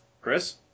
Chris